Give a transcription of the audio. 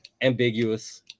ambiguous